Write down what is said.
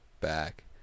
back